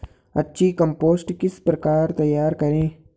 अच्छी कम्पोस्ट किस प्रकार तैयार करें?